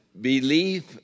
belief